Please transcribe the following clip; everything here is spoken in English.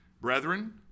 Brethren